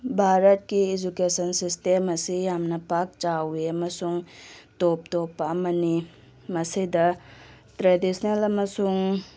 ꯚꯥꯔꯠꯀꯤ education system ꯑꯁꯤ ꯌꯥꯝꯅ ꯄꯥꯛ ꯆꯥꯎꯋꯦ ꯑꯃꯁꯨꯡ ꯇꯣꯞ ꯇꯣꯞꯄ ꯑꯃꯅꯤ ꯃꯁꯤꯗ ꯇ꯭ꯔꯦꯗꯤꯁꯅꯦꯜ ꯑꯃꯁꯨꯡ